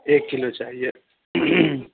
ایک کلو چاہیے